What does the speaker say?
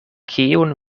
kiun